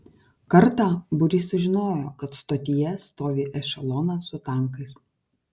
kartą būrys sužinojo kad stotyje stovi ešelonas su tankais